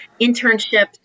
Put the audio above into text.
internships